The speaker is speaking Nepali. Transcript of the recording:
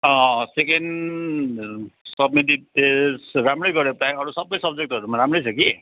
सेकेन्ड सब्मिटेड टेस्ट राम्रै गऱ्यो प्रायः अरू सबै सब्जेक्टहरूमा राम्रै छ कि